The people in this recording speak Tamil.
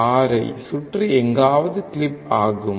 6 சுற்றி எங்காவது கிளிப் ஆகும்